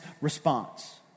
response